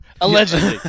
Allegedly